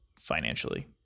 financially